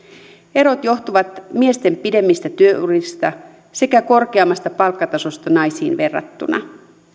erot johtuvat miesten pidemmistä työurista sekä korkeammasta palkkatasosta naisiin verrattuna